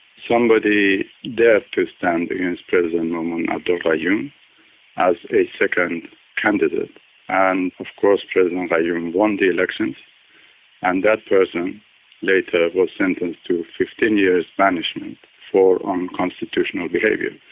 somebody dared to stand against president maumoon abdul like gayoom as a second candidate and of course president gayoom won the elections and that person later was sentenced to fifteen years banishment for unconstitutional behaviour.